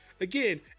again